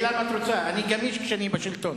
אלא אם את רוצה, אני גמיש כשאני בשלטון.